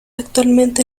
actualmente